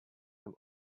some